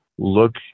Look